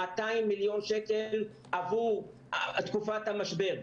200 מיליון שקל עבור תקופת המשבר.